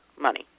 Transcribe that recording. money